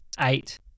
eight